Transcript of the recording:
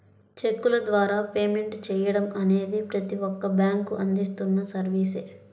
చెక్కుల ద్వారా పేమెంట్ చెయ్యడం అనేది ప్రతి ఒక్క బ్యేంకూ అందిస్తున్న సర్వీసే